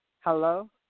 Hello